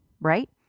right